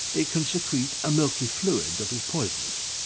it can secrete a milky fluid that is poisonous.